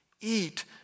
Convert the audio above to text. eat